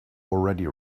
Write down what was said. already